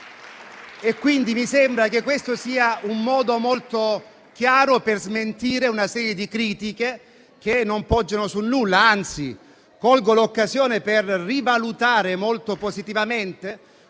Mi sembra che questo sia un modo molto chiaro per smentire una serie di critiche che non poggiano sul nulla. Anzi, colgo l'occasione per rivalutare molto positivamente